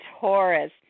Taurus